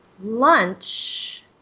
lunch